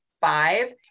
five